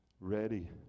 Ready